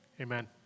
Amen